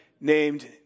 named